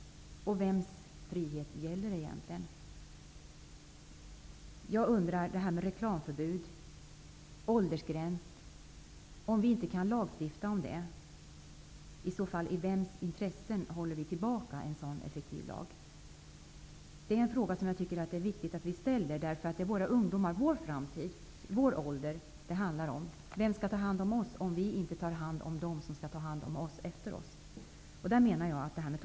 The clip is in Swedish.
Vems frihet gäller det egentligen? Jag undrar i vems intresse vi håller tillbaka en så effektiv lag, om vi inte kan lagstifta om t.ex. reklamförbud och åldersgräns för inköp. Det är viktigt att vi ställer den frågan, därför att det är vår framtid och vår ålderdom det handlar om. Vem skall ta hand om oss, om vi inte tar hand om dem som skall ta hand om oss när vi inte kan ta hand om oss själva?